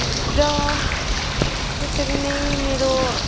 र त्यसरी नै मेरो